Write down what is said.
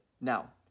Now